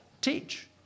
teach